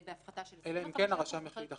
בהפחתה של --- אלא אם כן הרשם יחליט אחרת.